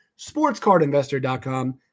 sportscardinvestor.com